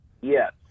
Yes